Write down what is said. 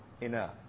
enough